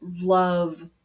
love